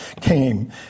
came